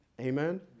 Amen